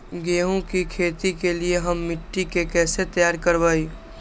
गेंहू की खेती के लिए हम मिट्टी के कैसे तैयार करवाई?